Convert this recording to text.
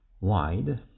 wide